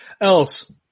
Else